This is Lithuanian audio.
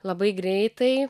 labai greitai